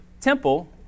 temple